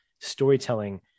Storytelling